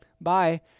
bye